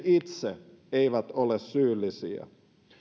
itse ole syyllisiä